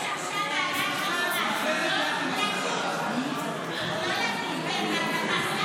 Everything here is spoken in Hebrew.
ההצעה לכלול את הנושא בסדר-היום של הכנסת נתקבלה.